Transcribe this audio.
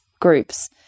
groups